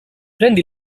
prendi